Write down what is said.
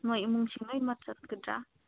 ꯅꯣꯏ ꯏꯃꯨꯡꯁꯨ ꯂꯣꯏꯅꯃꯛ ꯆꯠꯀꯗ꯭ꯔꯥ